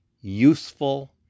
useful